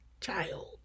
child